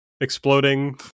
exploding